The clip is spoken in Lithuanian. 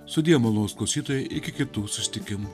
sudie malonūs klausytojai iki kitų susitikimų